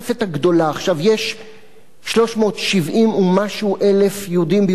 עכשיו, יש 370,000 ומשהו יהודים ביהודה ושומרון.